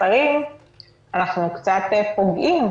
השיקולים